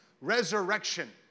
resurrection